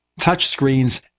touchscreens